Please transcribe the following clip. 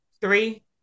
Three